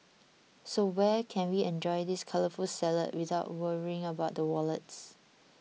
so where can we enjoy this colourful salad without worrying about the wallets